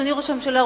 אדוני ראש הממשלה,